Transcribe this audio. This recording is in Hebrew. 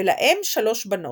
ולהם שלוש בנות.